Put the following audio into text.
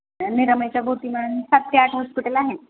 निरामयच्या भोवती म्हण सात ते आठ हॉस्पिटल आहे